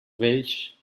vells